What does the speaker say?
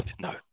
no